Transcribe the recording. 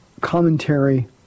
commentary